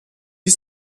ist